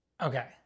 Okay